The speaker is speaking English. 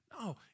No